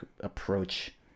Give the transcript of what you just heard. approach